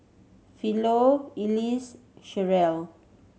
Philo Elise Cherelle